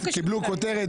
קיבלו כותרת.